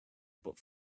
but